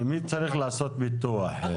מי צריך לעשות ביטוח?